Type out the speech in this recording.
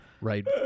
right